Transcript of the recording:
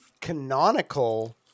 canonical